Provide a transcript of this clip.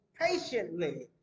patiently